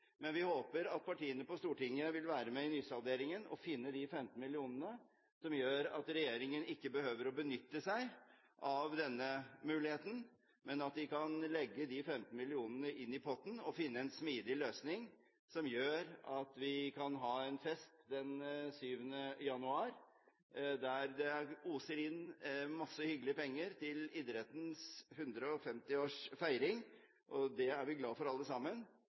men vi håper at partiene på Stortinget vil være med i nysalderingen og finne de 15 mill. kr som gjør at regjeringen ikke behøver å benytte seg av denne muligheten, men at de kan legge de 15 mill. kr inn i potten og finne en smidig løsning som gjør at vi kan ha en fest den 7. januar der det kommer inn masse hyggelige penger til idrettens 150-årsfeiring – det er vi glad for alle sammen